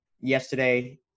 Yesterday